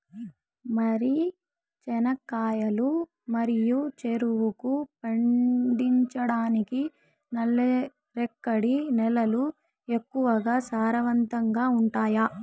వరి, చెనక్కాయలు మరియు చెరుకు పండించటానికి నల్లరేగడి నేలలు ఎక్కువగా సారవంతంగా ఉంటాయా?